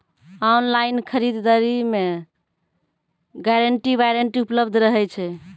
Online खरीद दरी मे गारंटी वारंटी उपलब्ध रहे छै?